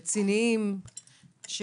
ורציניים,